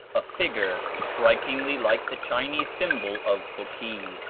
a figure strikingly like the chinese symbol of fokee,